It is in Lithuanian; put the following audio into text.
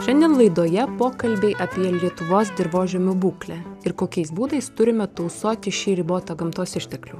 šiandien laidoje pokalbiai apie lietuvos dirvožemių būklę ir kokiais būdais turime tausoti šį ribotą gamtos išteklių